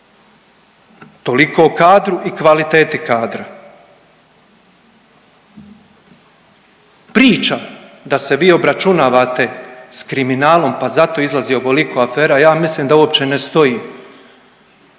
Toliko o kadru i kvaliteti kadra. Priča, da se vi obračunavate s kriminalom pa zato izlazi ovoliko afera ja mislim da uopće ne stoji.